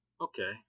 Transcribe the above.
Okay